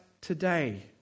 today